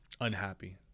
unhappy